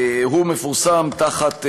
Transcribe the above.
כבוד